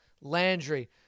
Landry